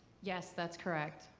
yes, that's correct.